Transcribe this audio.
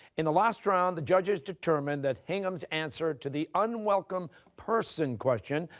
in the last round, the judges determined that hingham's answer to the unwelcome person question,